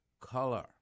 color